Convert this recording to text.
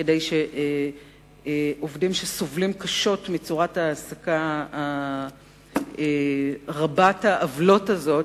כדי שעובדים שסובלים קשות מצורת ההעסקה רבת העוולות הזו,